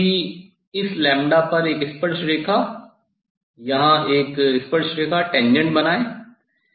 तो अभी इस पर एक स्पर्श रेखा यहाँ एक स्पर्श रेखा बनाएँ